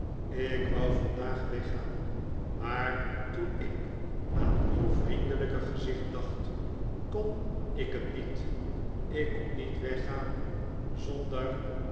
ik wou vandaag weggaan maar toen ik aan uw vriendelijke gezicht dacht kon ik het niet ik kon niet weggaan zonder